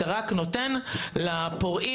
אתה רק נותן לפורעים,